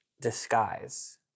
disguise